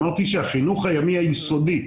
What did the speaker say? אמרתי שהחינוך הימי היסודי,